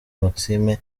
maxime